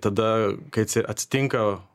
tada kai atsitinka